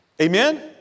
Amen